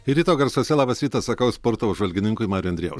ir ryto garsuose labas rytas sakau sporto apžvalgininkui mariui andrijau